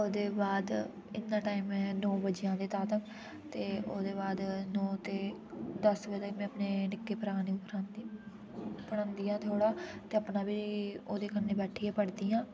ओह्दे बाद इ'न्ना टाइम ऐ नौ बजे आंदे तां तक ते ओह्दे बाद नौ ते दस बजे में अपने निक्के भ्राऽ नूं पढ़ांदी ऐ थोह्ड़ा ते अपना बी ओह्दे कन्नै बैठियै पढ़दी आं